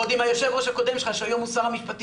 עוד עם היו"ר הקודם שלך שהיום הוא שר המשפטים.